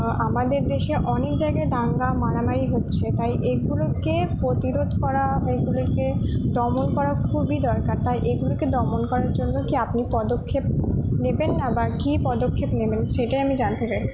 আমাদের দেশে অনেক জায়গায় দাঙ্গা মারামারি হচ্ছে তাই এইগুলোকে প্রতিরোধ করা এগুলোকে দমন করা খুবই দরকার তাই এগুলোকে দমন করার জন্য কি আপনি পদক্ষেপ নেবেন না বা কি পদক্ষেপ নেবেন সেটাই আমি জানতে চাই